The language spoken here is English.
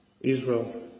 Israel